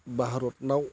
भारताव